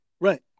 Right